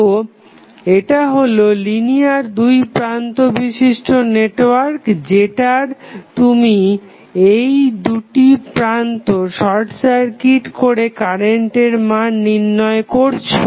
তো এটা হলো লিনিয়ার দুই প্রান্ত বিশিষ্ট নেটওয়ার্ক যেটার তুমি এই দুটি প্রান্ত শর্ট করে কারেন্টের মান নির্ণয় করেছো